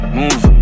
Move